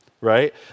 right